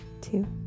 two